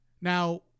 Now